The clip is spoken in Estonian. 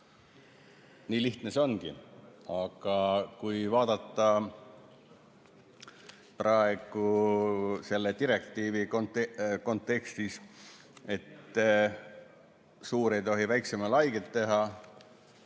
Nii lihtne see ongi. Aga kui vaadata praegu selle direktiivi kontekstis, et suur ei tohi väiksemale haiget teha,